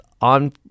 on